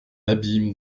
abîme